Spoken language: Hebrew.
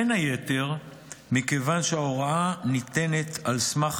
בין היתר מכיוון שההוראה ניתנת על סמך